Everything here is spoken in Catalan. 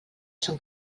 son